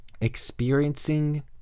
experiencing